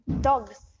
dogs